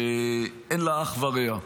שאין לה אח ורע,